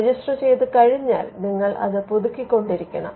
register ചെയ്തുകഴിഞ്ഞാൽ നിങ്ങൾ അത് പുതുക്കിക്കൊണ്ടിരിക്കണം